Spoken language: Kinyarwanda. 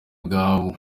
bwa